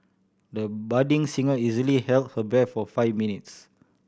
the budding singer easily held her breath for five minutes